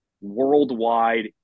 worldwide